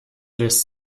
lässt